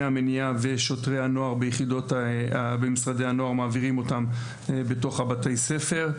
המניעה ושוטרי הנוער במשרדי הנוער מעבירים אותם בתוך בתי-הספר.